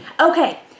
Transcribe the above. Okay